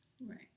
Right